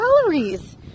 calories